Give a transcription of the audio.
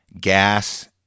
gas